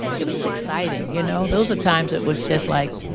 it was was exciting, you know? those are times it was just like,